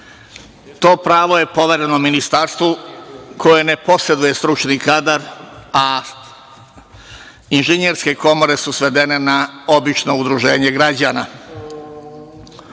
To pravo je povereno ministarstvu koje ne poseduje stručni kadar, a inženjerske komore su svedene na obična udruženja građana. Lično